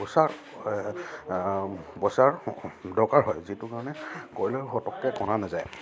দৰকাৰ হয় যিটো কাৰণে কয়লা পটককৈ কৰা নাযায়